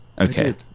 Okay